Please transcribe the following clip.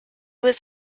was